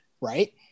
right